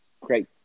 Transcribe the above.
great